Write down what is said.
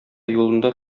юлында